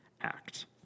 act